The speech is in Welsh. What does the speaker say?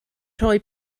rhoi